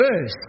verse